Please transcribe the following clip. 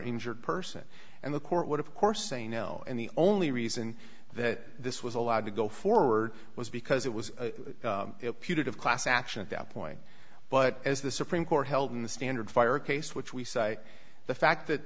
injured person and the court would of course say no and the only reason that this was allowed to go forward was because it was a punitive class action at that point but as the supreme court held in the standard fire case which we say the fact that